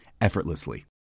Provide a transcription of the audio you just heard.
effortlessly